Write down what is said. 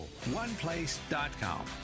Oneplace.com